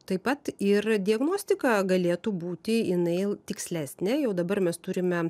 taip pat ir diagnostika galėtų būti jinai tikslesnė jau dabar mes turime